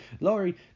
Laurie